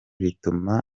bituma